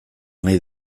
nahi